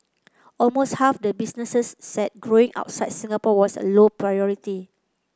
almost half the businesses said growing outside Singapore was a low priority